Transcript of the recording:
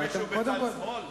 ראית מישהו בצד שמאל?